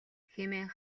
хэмээн